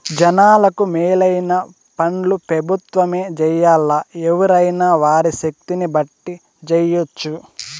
జనాలకు మేలైన పన్లు పెబుత్వమే జెయ్యాల్లా, ఎవ్వురైనా వారి శక్తిని బట్టి జెయ్యెచ్చు